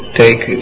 take